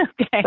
Okay